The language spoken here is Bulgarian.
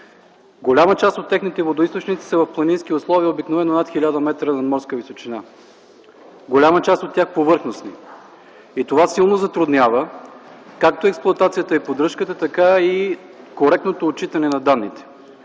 Голяма част от техните водоизточници са в планински условия, обикновено над 1000 метра надморска височина. Голяма част от тях – повърхностни. Това силно затруднява както експлоатацията и поддръжката, така и коректното отчитане на данните.